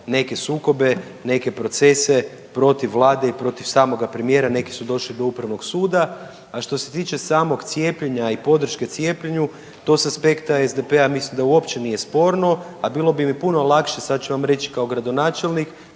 neke sukobe i neke procese protiv vlade i protiv samoga premijera, neki su došli do upravnog suda. A što se tiče samog cijepljenja i podrške cijepljenju to s aspekta SDP-a mislim da uopće nije sporno, a bilo bi mi puno lakše sad ću vam reći kao gradonačelnik